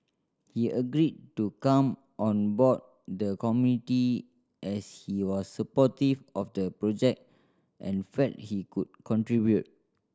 he agreed to come on board the committee as he was supportive of the project and felt he could contribute